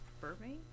Burbank